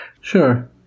Sure